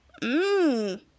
Mmm